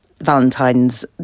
Valentine's